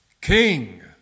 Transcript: king